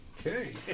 Okay